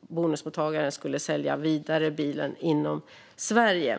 bonusmottagaren skulle sälja bilen vidare inom Sverige.